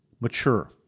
mature